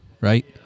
right